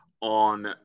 on